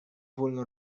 wolno